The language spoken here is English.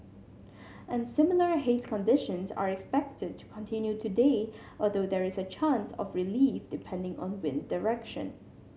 and similar haze conditions are expected to continue today although there is a chance of relief depending on wind direction